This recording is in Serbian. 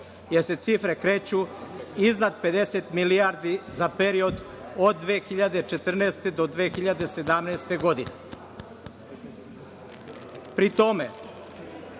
jer se cifre kreću iznad 50 milijardi za period od 2014.-2017. godine. Pri